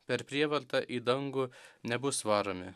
per prievartą į dangų nebus varomi